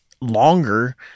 longer